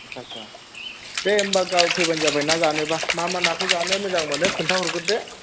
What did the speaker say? आदसा आदसा दे होम्बा गाबोन फैबानो जाबाय ना जानोबा मा मा नाखौ जानो मोजां मोनो खोन्थाहरग्रोदो